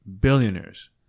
Billionaires